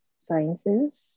sciences